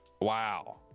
wow